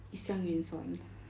is xiang yun's [one]